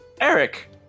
Eric